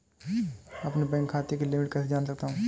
अपने बैंक खाते की लिमिट कैसे जान सकता हूं?